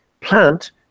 plant